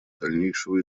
дальнейшего